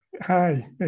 Hi